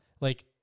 Like-